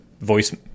Voice